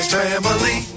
family